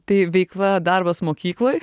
tai veikla darbas mokykloj